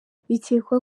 bikekwa